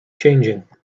changing